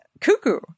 cuckoo